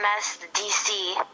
DC